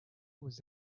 was